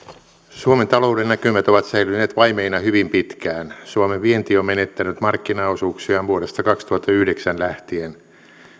suomen talouden näkymät ovat säily neet vaimeina hyvin pitkään suomen vienti on menettänyt markkinaosuuksiaan vuodesta kaksituhattayhdeksän lähtien